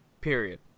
Period